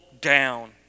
down